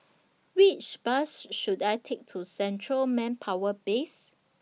Which Bus should I Take to Central Manpower Base